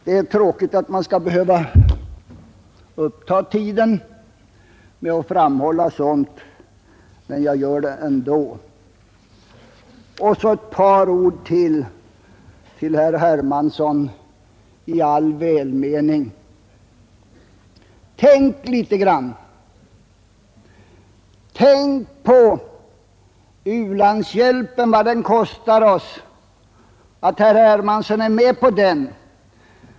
Det är tråkigt att man skall behöva uppta tiden med att framhålla sådant, men jag gör det ändå. Så ytterligare några ord till herr Hermansson, i all välmening. Tänk litet på vad u-landshjälpen, som herr Hermansson är med på, kostar oss!